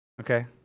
Okay